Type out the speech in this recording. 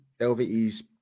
LVE's